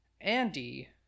Andy